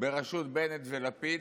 ברשות בנט ולפיד,